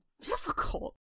difficult